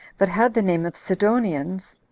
but had the name of sidonians,